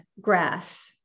grass